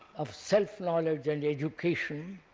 of self-knowledge and education,